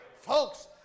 Folks